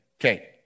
Okay